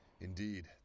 Indeed